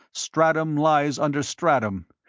stratum lies under stratum,